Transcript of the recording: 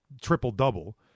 triple-double